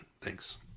Thanks